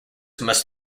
must